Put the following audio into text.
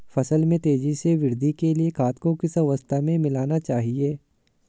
फसल में तेज़ी से वृद्धि के लिए खाद को किस अवस्था में मिलाना चाहिए?